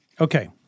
Okay